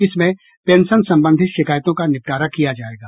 इसमें पेंशन संबंधी शिकायतों का निपटारा किया जाएगा